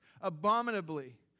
abominably